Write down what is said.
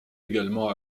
également